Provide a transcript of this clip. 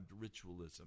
ritualism